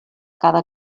cada